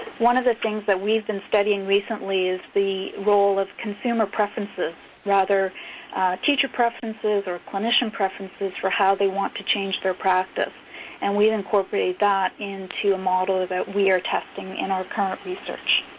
one of the things that we've been studying recently is the role of consumer preferences, rather teacher preferences or clinician preferences for how they want to change their practice and we incorporate that into a model that we are testing in our current research.